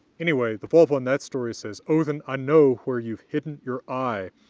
anyway, the volva in that story says odinn, i know where you've hidden your eye,